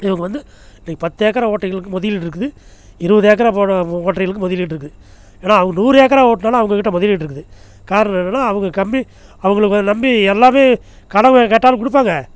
இவங்க வந்து இன்றைக்கு பத்து ஏக்கரா ஓட்டுறவிங்களுக்கு முதலீடு இருக்குது இருவது ஏக்கரா போட ஓ ஓட்டுறவிங்களுக்கு முதலீடு இருக்குது ஏன்னால் அவங்க நூறு ஏக்கரா ஒட்டினாலும் அவங்கக்கிட்ட முதலீடு இருக்குது காரணம் என்னென்னால் அவங்க கம்மி அவங்கள க நம்பி எல்லாமே கடன் போய் கேட்டாலும் கொடுப்பாங்க